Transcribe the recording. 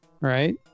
right